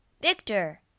Victor